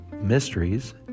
mysteries